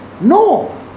No